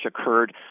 occurred